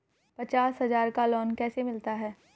पचास हज़ार का लोन कैसे मिलता है?